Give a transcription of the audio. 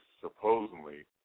supposedly